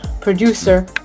producer